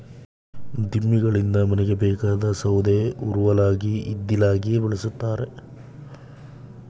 ದಿಮ್ಮಿಗಳಿಂದ ಮನೆಗೆ ಬೇಕಾದ ಸೌದೆ ಉರುವಲಾಗಿ ಇದ್ದಿಲಾಗಿ ಬಳ್ಸತ್ತರೆ